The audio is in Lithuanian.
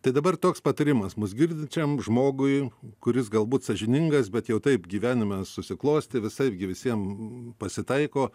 tai dabar toks patarimas mus girdinčiam žmogui kuris galbūt sąžiningas bet jau taip gyvenime susiklostė visaip gi visiem pasitaiko